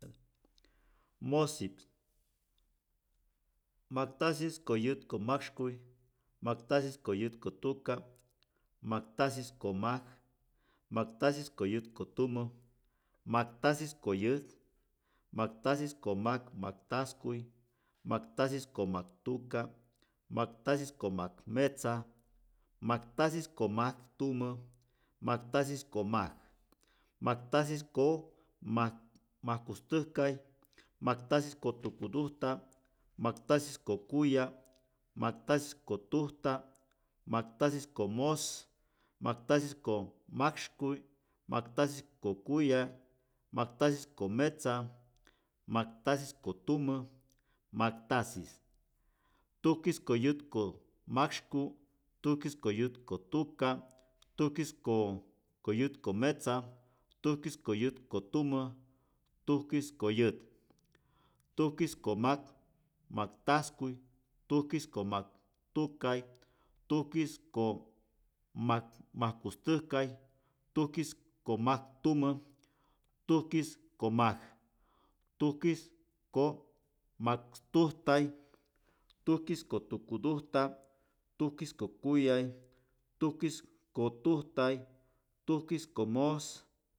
Mojsips majktasis ko yäjt ko majksykuy majktasis ko yäjt ko tuka majktasis ko majk majktasis ko yäjt ko tumä majktasis ko yäjt majktasis ko majk majktajskuy majktasis ko majk tuka majktasis ko majk metza majktasis ko majk tumä majktasis ko majk majktasis ko mak majkstujtay majktasis ko tukudujta majktasis ko kuya majktasis ko tujta majktasis ko mojs majktasis ko majksykuy majktasis ko kuya majktasis ko metza majktasis ko tuma majktasis tukis ko yäjt ko majksyku tukis ko yäjt ko tuka tukis ko ko yäjt ko metza tukis ko yäjt ko tumä tukis ko yäjt tukis ko majk majktajskuy tukis ko majk tukay tukis ko mak majkujstäjkay tukis ko majk tumä tukis ko majk tukis ko majkstujtay tukis ko tukutujta tukis ko kuyay tukis ko tujtay tukis ko mojs